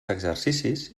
exercicis